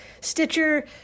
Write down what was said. Stitcher